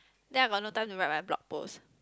then I got no time to write my blog post